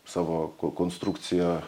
savo konstrukcija